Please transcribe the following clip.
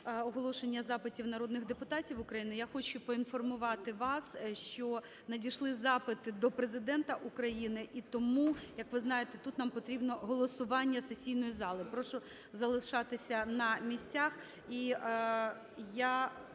оголошення запитів народних депутатів України. Я хочу проінформувати вас, що надійшли запити до Президента України, і тому, як ви знаєте, тут нам потрібно голосування сесійної зали. Прошу залишатися на місцях,